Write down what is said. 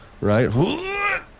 right